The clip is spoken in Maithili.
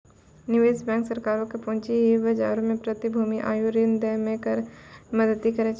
निवेश बैंक सरकारो के पूंजी बजारो मे प्रतिभूति आरु ऋण दै मे करै मदद करै छै